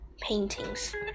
paintings